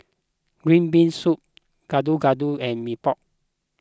Green Bean Soup Gado Gado and Mee Pok